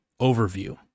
Overview